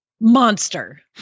Monster